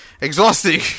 Exhausting